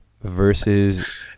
versus